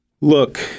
Look